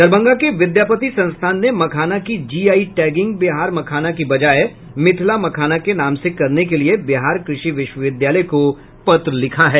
दरभंगा के विद्यापति संस्थान ने मखाना की जीआई टैगिंग बिहार मखाना के बजाय मिथिला मखाना के नाम से करने के लिए बिहार कृषि विश्वविद्यालय को पत्र लिखा है